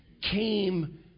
came